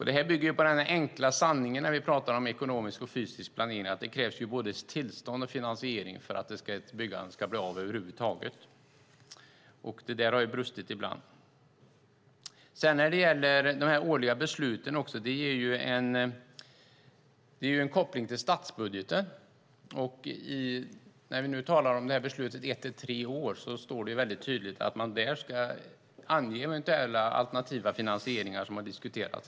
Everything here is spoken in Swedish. Detta bygger på den enkla sanningen när vi talar om ekonomisk och fysisk planering att det krävs både tillstånd och finansiering för att ett byggande ska bli av över huvud taget. Detta har brustit ibland. De årliga besluten ger en koppling till statsbudgeten. När vi talar om besluten för ett till tre år står det tydligt att man där ska ange eventuella alternativa finansieringar som har diskuterats.